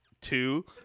two